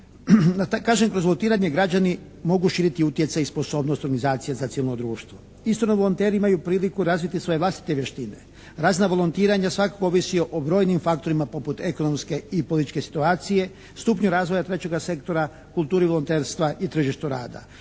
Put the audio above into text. kroz volontiranje građani mogu širiti utjecaj i sposobnost organizacije za civilno društvo. Istodobno volonteri imaju priliku razviti svoje vlastite vještine. Razina volontiranja svakako ovisi o brojnim faktorima poput ekonomske i političke situacije, stupnja razvoja trećega sektora, kulturi volonterstva i tržištu rada.